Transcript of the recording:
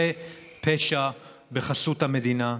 זה פשע בחסות המדינה.